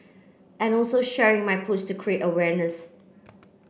and also sharing my post create awareness